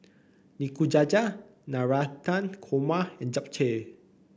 Nikujaga Navratan Korma and Japchae